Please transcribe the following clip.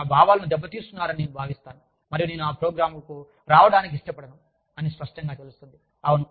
మరియుమీరు నా భావాలను దెబ్బ తీస్తున్నారని నేను భావిస్తున్నాను మరియు నేను ఆ ప్రోగ్రామ్కు రావటానికి ఇష్టపడను అని స్పష్టంగా తెలుస్తుంది